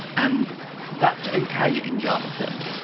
and that's okay in java terms.